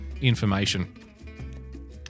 information